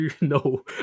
no